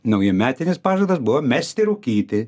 naujametinis pažadas buvo mesti rūkyti